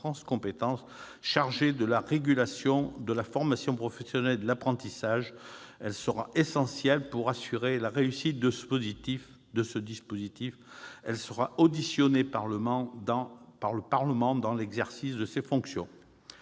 France compétences, chargée de la régulation, de la formation professionnelle et de l'apprentissage, sera déterminante pour assurer la réussite de ce dispositif. L'agence sera auditionnée par le Parlement dans l'exercice de ses fonctions.